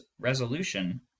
resolution